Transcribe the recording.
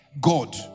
God